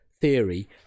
theory